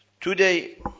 Today